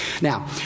Now